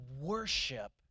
worship